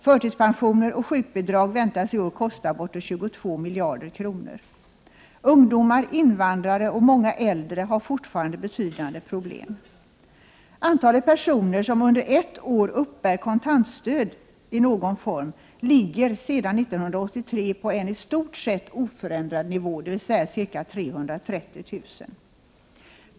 Förtidspensioner och sjukbidrag väntas i år kosta bortåt 22 miljarder kronor. Ungdomar, invandrare och många äldre har fortfarande betydande problem. Antalet personer som uppbär kontantstöd från A-kassa eller i form av KAS ligger sedan 1983 på en i stort sett oförändrad nivå, dvs. ca 330 000.